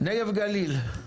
הנגב והגליל,